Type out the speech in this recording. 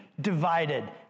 divided